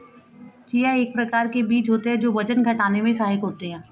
chia एक प्रकार के बीज होते हैं जो वजन घटाने में सहायक होते हैं